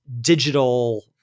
digital